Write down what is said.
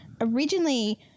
originally